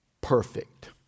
perfect